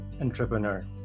entrepreneur